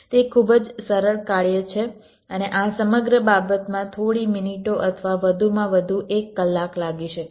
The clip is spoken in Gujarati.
તે ખૂબ જ સરળ કાર્ય છે અને આ સમગ્ર બાબતમાં થોડી મિનિટો અથવા વધુમાં વધુ એક કલાક લાગી શકે છે